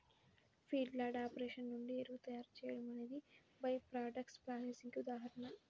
feedlot operation నుండి ఎరువు తయారీ చేయడం అనేది బై ప్రాడక్ట్స్ ప్రాసెసింగ్ కి ఉదాహరణ